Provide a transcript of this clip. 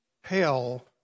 hell